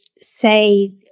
say